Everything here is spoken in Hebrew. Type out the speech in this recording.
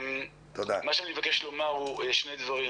מה שאני מבקש לומר הוא שני דברים.